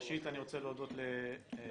ראשית, אני רוצה להודות למנכ"ל